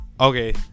Okay